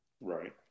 Right